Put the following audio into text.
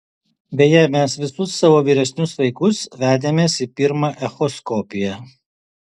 beje mes visus savo vyresnius vaikus vedėmės į pirmą echoskopiją